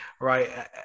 right